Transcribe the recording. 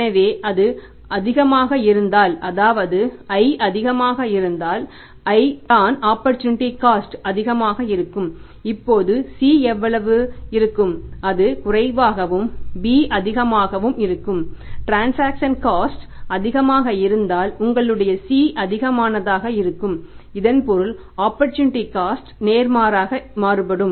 எனவே அது அதிகமாக இருந்தால் அதாவது i அதிகமாக இருந்தால் i தான் ஆப்பர்சூனிட்டி காஸ்ட் நேர்மாறாக மாறுபடும்